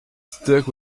stuck